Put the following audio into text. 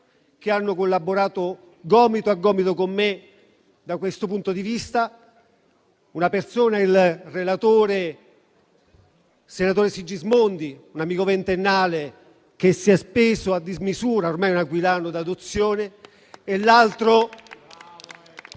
che hanno collaborato gomito e gomito con me da questo punto di vista: una è il relatore, senatore Sigismondi, un amico ventennale, che si è speso a dismisura, che ormai è un aquilano d'adozione;